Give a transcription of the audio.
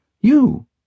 You